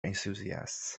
enthusiasts